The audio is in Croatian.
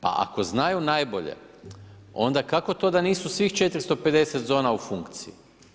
Pa ako znaju najbolje onda kako to da nisu svih 450 zona u funkciji?